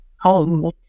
home